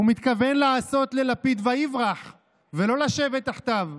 הוא מתכוון לעשות ללפיד ויברח ולא לשבת תחתיו.